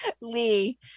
Lee